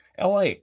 LA